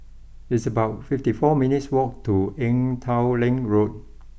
it's about fifty four minutes' walk to Ee Teow Leng Road